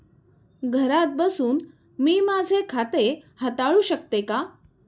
घरात बसून मी माझे खाते हाताळू शकते का?